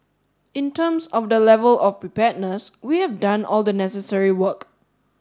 in terms of the level of preparedness we have done all the necessary work